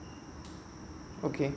okay